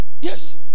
Yes